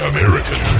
American